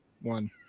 one